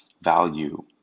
value